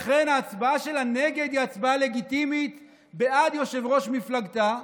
לכן ההצבעה שלה נגד היא הצבעה לגיטימית בעד יושב-ראש מפלגתה,